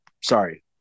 Sorry